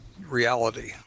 reality